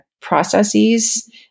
processes